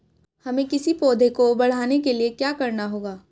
हमें किसी पौधे को बढ़ाने के लिये क्या करना होगा?